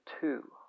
two